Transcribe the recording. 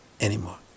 anymore